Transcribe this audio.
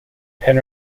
pin